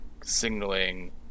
signaling